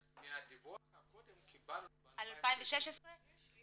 בדיווח הקודם קיבלנו על 2016. לי